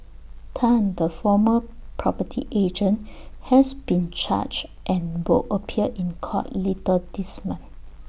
Tan the former property agent has been charged and will appear in court later this month